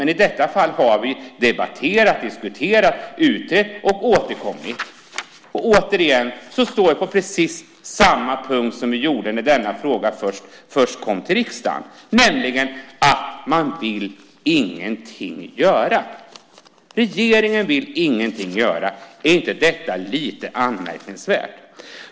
Men i detta fall har vi debatterat, diskuterat, utrett och återkommit. Och återigen står vi på precis samma punkt som vi gjorde när denna fråga först kom till riksdagen, nämligen att man ingenting vill göra. Regeringen vill ingenting göra. Är inte detta lite anmärkningsvärt?